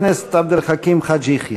חבר הכנסת עבד אל חכים חאג' יחיא.